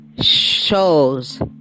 shows